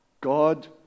God